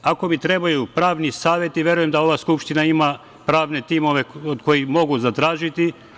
Ako mi trebaju pravni saveti, verujem da ova Skupština ima pravne timove od kojih mogu zatražiti.